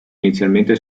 inizialmente